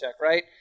right